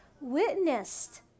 witnessed